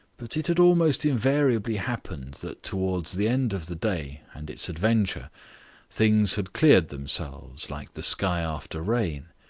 but it had almost invariably happened that towards the end of the day and its adventure things had cleared themselves like the sky after rain,